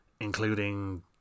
including